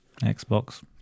Xbox